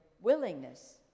willingness